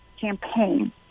campaign